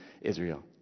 Israel